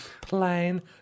plain